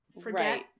forget